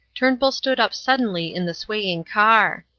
turnbull stood up suddenly in the swaying car.